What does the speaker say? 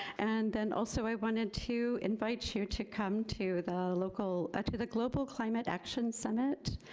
and then also i wanted to invite you to come to the local, to the global climate action summit.